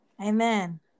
amen